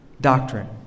doctrine